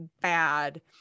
bad